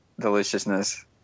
deliciousness